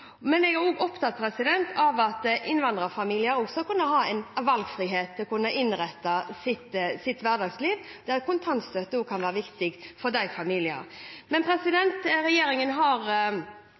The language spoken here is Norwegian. Men jeg er opptatt av at også innvandrerfamilier skal kunne ha valgfrihet til å kunne innrette hverdagslivet sitt, og da kan kontantstøtte være viktig også for de familiene.